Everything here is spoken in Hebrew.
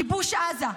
כיבוש עזה,